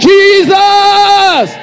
Jesus